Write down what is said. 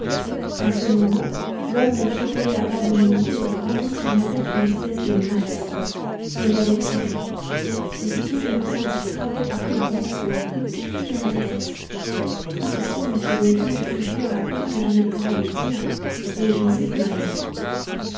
à ce moment l'homme me fit rouler à bas de mon lit et brandit sur ma tête une espèce de masse mais j'avais tiré aussitôt je me sentis frappée par un grand coup un coup terrible à la tête tout ceci monsieur le juge fut plus rapide que je ne le pourrais dire et je ne sais plus rien